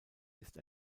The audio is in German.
ist